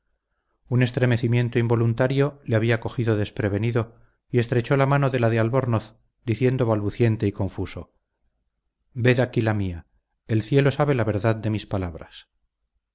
un estremecimiento involuntario le había cogido desprevenido y estrechó la mano de la de albornoz diciendo balbuciente y confuso ved aquí la mía el cielo sabe la verdad de mis palabras